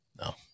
No